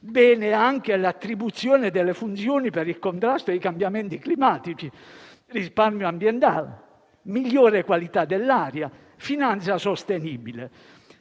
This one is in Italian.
bene anche l'attribuzione delle funzioni per il contrasto ai cambiamenti climatici, nonché per risparmio ambientale, migliore qualità dell'aria e finanza sostenibile.